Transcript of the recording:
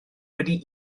wedi